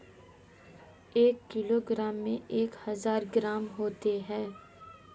एक किलोग्राम में एक हज़ार ग्राम होते हैं